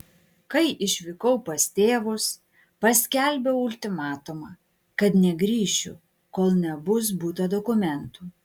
kai išvykau pas tėvus paskelbiau ultimatumą kad negrįšiu kol nebus buto dokumentų